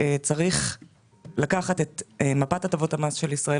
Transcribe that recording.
שצריך לקחת את מפת הטבות המס של ישראל